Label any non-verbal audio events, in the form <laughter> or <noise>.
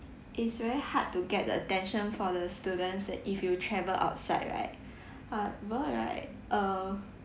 is very hard to get the attention for the students that if you travel outside right <breath> however right err